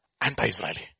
anti-Israeli